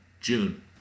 June